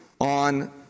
on